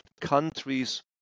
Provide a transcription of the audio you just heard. countries